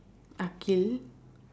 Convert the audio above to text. akhil